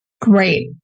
Great